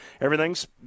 everything's